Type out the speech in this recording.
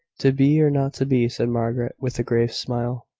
to be or not to be said margaret, with a grave smile.